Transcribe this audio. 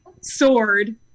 sword